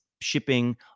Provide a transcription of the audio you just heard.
shipping